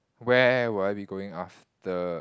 where would I be going after